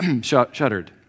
shuddered